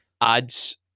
adds